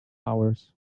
hours